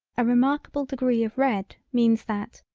a remarkable degree of red means that,